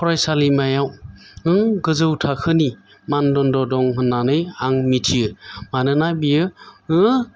फरायसालिमायाव गोजौ थाखोनि मानदान्दा दं होन्नानै आं मिथियो मानोना बियो